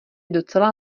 docela